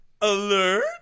alert